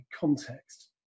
context